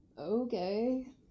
Okay